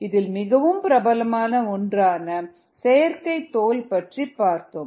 இதில் மிகவும் பிரபலமான ஒன்றான செயற்கை தோல் பற்றி பார்த்தோம்